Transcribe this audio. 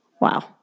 Wow